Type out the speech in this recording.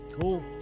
Cool